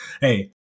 Hey